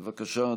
בבקשה,